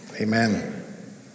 amen